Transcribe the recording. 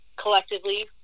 collectively